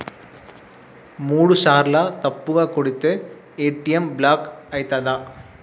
మూడుసార్ల తప్పుగా కొడితే ఏ.టి.ఎమ్ బ్లాక్ ఐతదా?